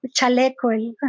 chaleco